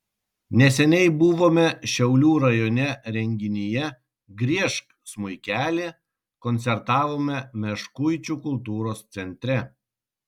neseniai buvome šiaulių rajone renginyje griežk smuikeli koncertavome meškuičių kultūros centre